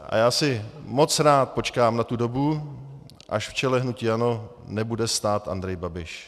A já si moc rád počkám na tu dobu, až v čele hnutí ANO nebude stát Andrej Babiš.